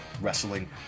Wrestling